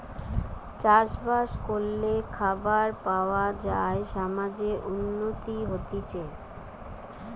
চাষ বাস করলে খাবার পাওয়া যায় সমাজের উন্নতি হতিছে